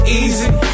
easy